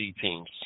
teams